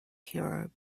hero